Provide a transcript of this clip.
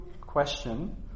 question